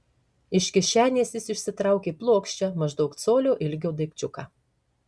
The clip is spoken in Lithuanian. iš kišenės jis išsitraukė plokščią maždaug colio ilgio daikčiuką